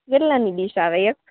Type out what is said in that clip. કેટલાની dish આવે એક